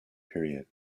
period